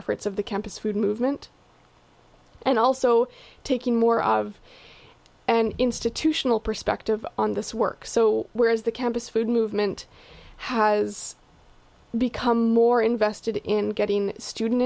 efforts of the campus food movement and also taking more of an institutional perspective on this work so where is the campus food movement has become more invested in getting student